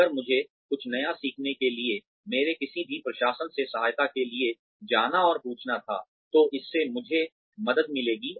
अगर मुझे कुछ नया सीखने के लिए मेरे किसी भी प्रशासन से सहायता के लिए जाना और पूछना था तो इससे मुझे मदद मिलेगी